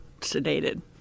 sedated